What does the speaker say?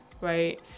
right